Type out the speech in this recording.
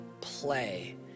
play